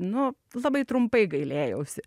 nu labai trumpai gailėjausi